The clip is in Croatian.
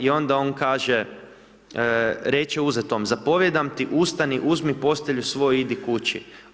I onda on kaže, reče uzetom: „Zapovijedam ti, ustani, uzmi postelju svoju i idi kući.